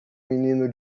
menino